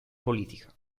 politica